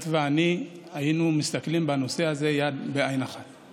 את ואני היינו רואים עין בעין את הנושא הזה.